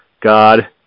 God